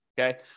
Okay